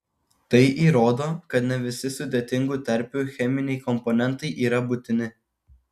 tai įrodo kad ne visi sudėtingų terpių cheminiai komponentai yra būtini